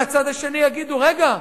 מהצד השני יגידו: רגע,